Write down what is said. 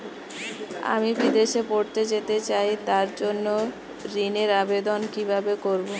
আমি বিদেশে পড়তে যেতে চাই তার জন্য ঋণের আবেদন কিভাবে করব?